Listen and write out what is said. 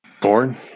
Born